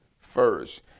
first